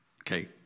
Okay